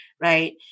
right